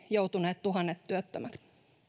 joutuneet tuhannet työttömät